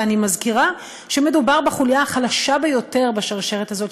ואני מזכירה שמדובר בחוליה החלשה ביותר בשרשרת הזאת,